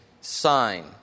sign